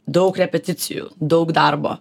daug repeticijų daug darbo